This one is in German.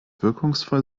wirkungsvoll